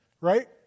right